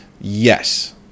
yes